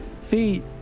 feet